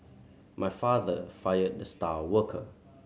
my father fired the star worker